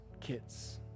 kids